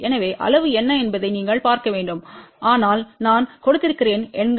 எனவே அளவு என்ன என்பதை நீங்கள் பார்க்க வேண்டும் ஆனால் நான் கொடுத்திருக்கிறேன் எண்கள் இங்கே